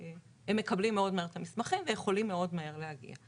הם מקבלים מאוד מהר את המסמכים ויכולים מאוד מהר להגיע.